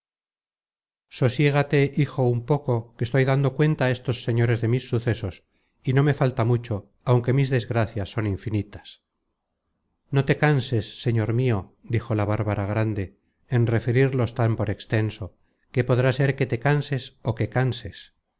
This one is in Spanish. sosiégate hijo un poco que estoy dando cuenta á estos señores de mis sucesos y no me falta mucho aunque mis desgracias son infinitas no te canses señor mio dijo la bárbara grande en referirlos tan por extenso que podrá ser que te canses ó que canses